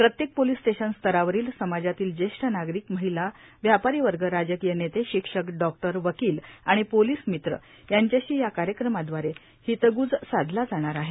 प्रत्येक police station स्तरावर समाजातील ज्येष्ठ नागरिक महिला व्यापारी वर्ग राजकीय नेते शिक्षक डॉक्टर वकिल आणि पोलीस मित्र यांच्याशी या कार्यक्रमाद्वारे हितगुज साधला जाणार आहे